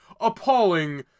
appalling